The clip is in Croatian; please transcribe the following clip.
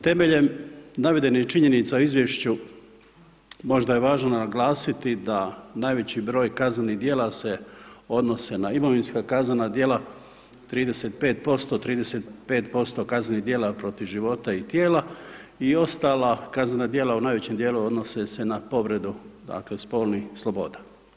Temeljem navedenih činjenica u izvješću, možda je važno naglasiti da najveći broj kaznenih djela se na imovinska kaznena djela 35%, 35% kaznenih djela protiv života i tijela i ostala kaznena djela u najvećem dijelu odnose se na povredu, dakle spolnih sloboda.